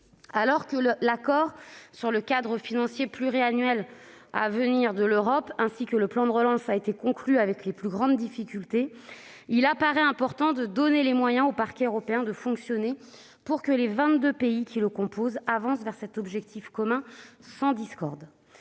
Alors que l'accord sur le cadre financier pluriannuel à venir de l'Europe, ainsi que sur le plan de relance, a été conclu avec les plus grandes difficultés, il apparaît important de donner les moyens au Parquet européen de fonctionner, afin que les vingt-deux pays qui le composent avancent vers cet objectif commun sans discorde.